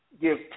give